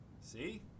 See